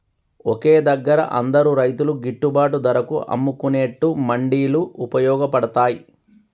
ఒకే దగ్గర అందరు రైతులు గిట్టుబాటు ధరకు అమ్ముకునేట్టు మండీలు వుపయోగ పడ్తాయ్